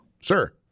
Sir